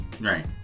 Right